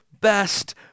best